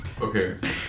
okay